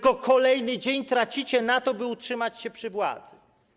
Kolejny dzień tracicie na to, by utrzymać się przy władzy.